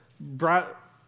brought